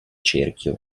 cerchio